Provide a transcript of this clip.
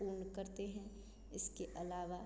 पूर्ण करते हैं इसके अलावा